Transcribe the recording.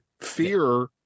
fear